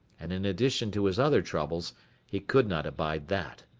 and in addition to his other troubles he could not abide that.